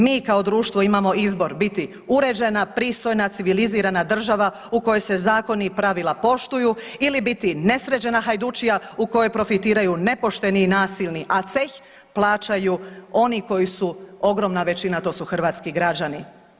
Mi kao društvo imamo izbor biti uređena, pristojna, civilizirana država u kojoj se zakoni i pravila poštuju ili biti nesređena hajdučija u kojoj profitiraju nepošteni i nasilni, a ceh plaćaju oni koji su ogromna većina, a to su hrvatski građani.